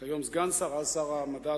כיום סגן שר ואז שר המדע,